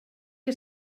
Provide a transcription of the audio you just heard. que